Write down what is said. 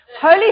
Holy